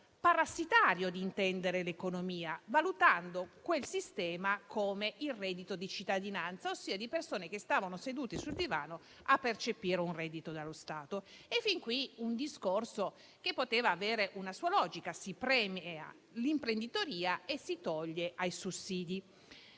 parassitario di intendere l'economia, valutando quel sistema come il reddito di cittadinanza, ossia persone che stavano sedute sul divano a percepire un reddito dallo Stato. Fin qui il discorso poteva avere una sua logica - si premia l'imprenditoria e si toglie ai sussidi